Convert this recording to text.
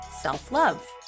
self-love